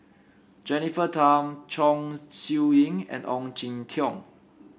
Jennifer Tham Chong Siew Ying and Ong Jin Teong